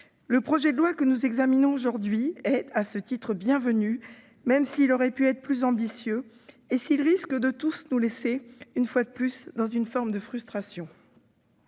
le projet de loi que nous examinons aujourd'hui est bienvenu, même s'il aurait pu être plus ambitieux. Il risque de nous laisser, une fois de plus, dans une forme de frustration.